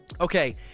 okay